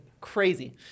Crazy